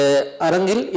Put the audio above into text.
Arangil